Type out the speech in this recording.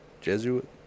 Jesuit